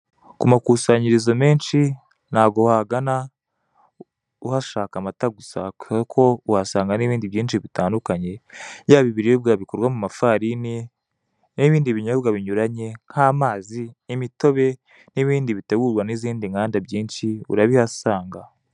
Kumakusanyurizo menshi ntabwo uhagana uhashaka amata gusa kuko uhasanga n'ibindi byishi bitandukanye yaba ibiribwa ibikorwa mu mafarini n'ibindi binyobwa binyuranye nk'amazi, imitobe n'ibindi bitegurwa n'izindi ndanda urabihasnga.